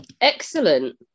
Excellent